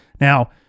Now